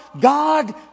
God